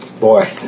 boy